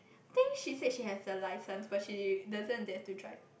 I think she said she has the license but she doesn't dare to drive